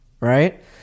right